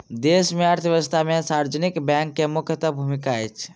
देश के अर्थव्यवस्था में सार्वजनिक बैंक के मुख्य भूमिका अछि